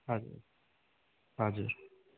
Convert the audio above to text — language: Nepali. हजुर हजुर